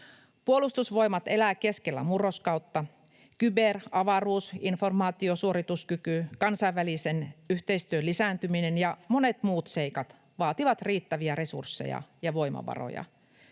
Puolustusvoimat elää keskellä murroskautta. Kyber-, avaruus- ja informaatiosuorituskyky, kansainvälisen yhteistyön lisääntyminen ja monet muut seikat vaativat riittäviä resursseja ja voimavaroja.